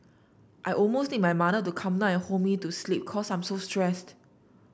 I almost need my mother to come now and hold me to sleep cause I'm so stressed